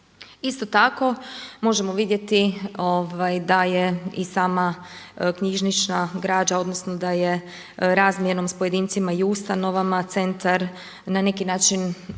Isto tako možemo vidjeti da je i sama knjižnična građa odnosno da je razmjernom s pojedincima i ustanovama centar na neki način